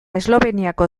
esloveniako